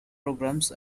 programs